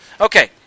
Okay